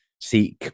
seek